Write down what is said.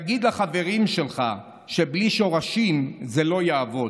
תגיד לחברים שלך שבלי שורשים זה לא יעבוד.